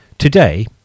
Today